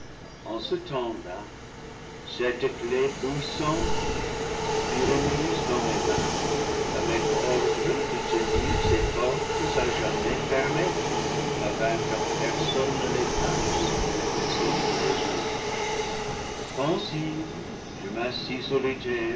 en ce temps-là cette clef puissante fut remise dans mes mains avec ordre de tenir ces portes à jamais fermées afin que personne ne les passe si je ne les ouvre pensive je m'assis